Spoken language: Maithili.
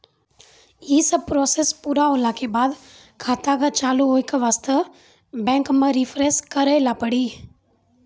यी सब प्रोसेस पुरा होला के बाद खाता के चालू हो के वास्ते बैंक मे रिफ्रेश करैला पड़ी?